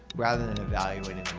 rather than evaluating